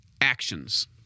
actions